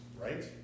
right